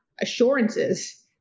assurances